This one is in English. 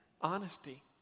honesty